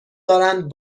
دارند